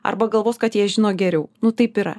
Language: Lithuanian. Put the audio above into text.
arba galvos kad jie žino geriau nu taip yra